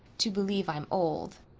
to believe i'm old.